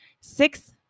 Six